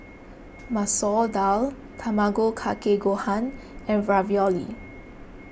Masoor Dal Tamago Kake Gohan and Ravioli